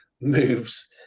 moves